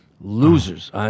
Losers